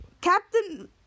Captain